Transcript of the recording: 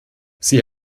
sie